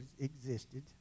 existed